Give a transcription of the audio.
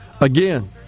again